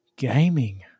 Gaming